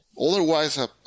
otherwise